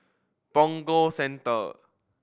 Punggol Central